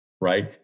right